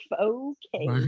Okay